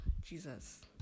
Jesus